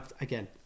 again